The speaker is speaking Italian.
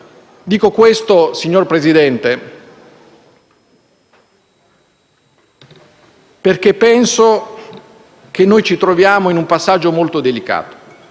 Dico questo, signor Presidente, perché penso che ci troviamo in un passaggio molto delicato.